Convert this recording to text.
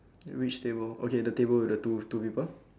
at which table okay the table with the two two people